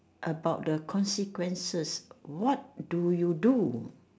about the consequences what do you do